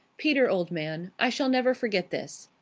peter, old man, i shall never forget this.